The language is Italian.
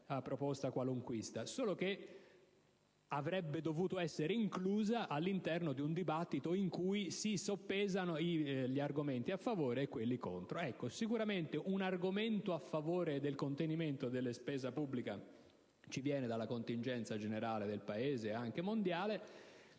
proposta qualunquista, solo che avrebbe dovuto essere inclusa all'interno di un dibattito in cui soppesare gli argomenti a favore e quelli contro. Sicuramente un argomento a favore del contenimento della spesa pubblica ci viene dalla contingenza generale del Paese e anche mondiale;